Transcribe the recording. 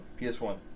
PS1